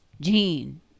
Gene